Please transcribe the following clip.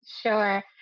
Sure